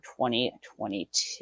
2022